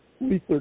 research